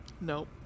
Nope